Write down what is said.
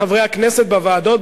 חברי הכנסת בוועדות,